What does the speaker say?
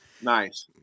nice